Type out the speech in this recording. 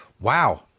wow